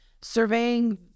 surveying